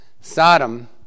Sodom